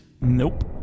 Nope